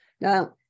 Now